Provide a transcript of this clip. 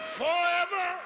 forever